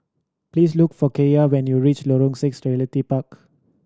please look for Kaiya when you reach Lorong Six Realty Park